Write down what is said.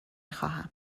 خواهم